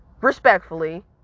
respectfully